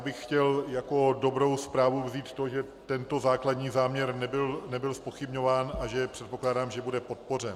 Chtěl bych jako dobrou zprávu vzít to, že tento základní záměr nebyl zpochybňován a že předpokládám, že bude podpořen.